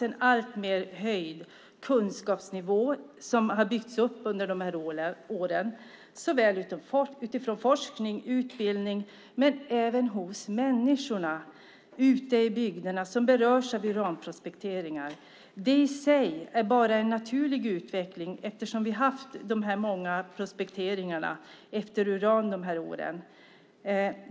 En allt högre kunskapsnivå har byggts upp under åren såväl inom forskning och utbildning som hos de människor ute i bygderna som berörs av uranprospektering. Det är en naturlig utveckling till följd av att vi har haft många uranprospekteringar de senaste åren.